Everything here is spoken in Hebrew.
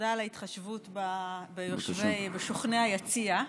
ותודה על ההתחשבות בשוכני היציע.